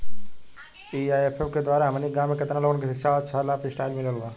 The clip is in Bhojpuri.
ए.आई.ऐफ के द्वारा हमनी के गांव में केतना लोगन के शिक्षा और अच्छा लाइफस्टाइल मिलल बा